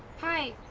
hi. ah,